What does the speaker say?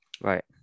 right